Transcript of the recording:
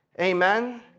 Amen